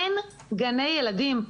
אין גני ילדים.